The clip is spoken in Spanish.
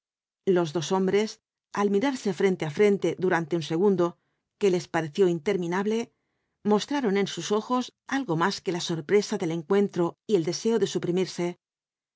los dos hombres al mirarse frente á frente durante un segundo que les pareció interminable mostraron en sus ojos algo más que la sorpresa del encuentro y el deseo de suprimirse